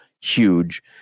huge